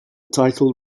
title